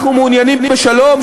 אנחנו מעוניינים בשלום,